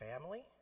family